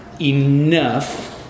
enough